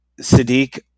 Sadiq